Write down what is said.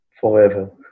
forever